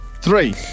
three